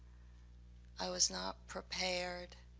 i was not prepared,